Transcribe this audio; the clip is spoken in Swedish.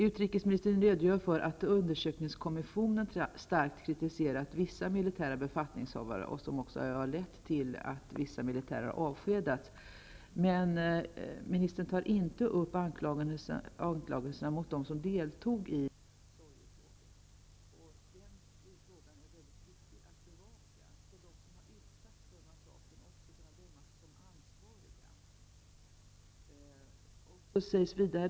Utrikesministern redogör för att undersökningskommissionen starkt kritiserat vissa militära befattningshavare, vilket lett till att vissa militärer avskedats. Men ministern tar inte upp anklagelserna mot dem som deltog i sorgetåget och som utsattes för massakern förra året. Det är väldigt viktigt att reagera mot dem som iscensatte massakern.